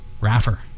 Raffer